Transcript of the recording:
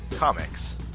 Comics